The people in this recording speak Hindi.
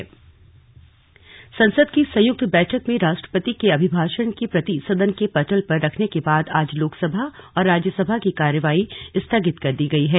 स्लग बजट सत्र संसद की संयुक्त बैठक में राष्ट्रपति के अभिभाषण की प्रति सदन के पटल पर रखने के बाद आज लोकसभा और राज्यसभा की कार्यवाही स्थगित कर दी गई है